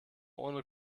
ohne